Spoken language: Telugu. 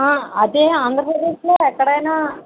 అదే ఆంధ్రప్రదేశ్లో ఎక్కడైనా